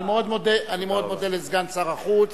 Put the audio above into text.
אני מאוד מודה לסגן שר החוץ